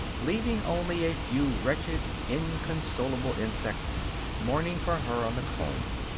leaving only a few wretched, inconsolable insects mourning for her on the comb.